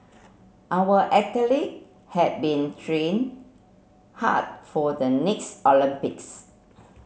our athlete have been trained hard for the next Olympics